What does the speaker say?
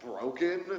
broken